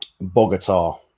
Bogota